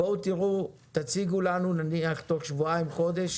תציגו לנו נניח בתוך שבועיים-חודש